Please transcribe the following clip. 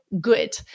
good